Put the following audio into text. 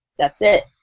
that's it.